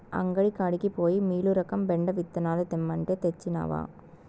అంగడి కాడికి పోయి మీలురకం బెండ విత్తనాలు తెమ్మంటే, తెచ్చినవా